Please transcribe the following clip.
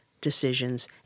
decisions